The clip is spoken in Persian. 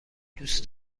دوست